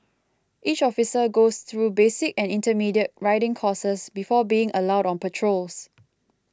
each officer goes through basic and intermediate riding courses before being allowed on patrols